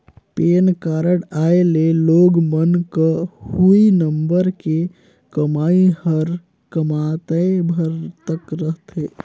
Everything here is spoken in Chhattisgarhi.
पेन कारड आए ले लोग मन क हुई नंबर के कमाई हर कमातेय भर तक रथे